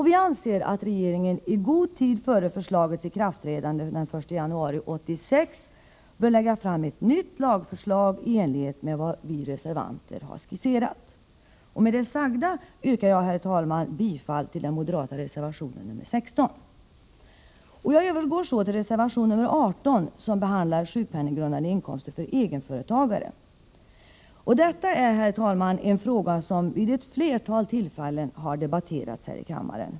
Vi anser att regeringen i god tid före förslagets ikraftträdande den 1 januari 1986 bör lägga fram ett nytt lagförslag i enlighet med vad vi reservanter har skisserat. Med det sagda, herr talman, yrkar jag bifall till reservation 16 från moderaterna. Jag övergår så till att kommentera reservation 18, som behandlar frågan om sjukpenninggrundande inkomst för egenföretagare. Detta är, herr talman, en fråga som vid ett flertal tillfällen har debatterats här i kammaren.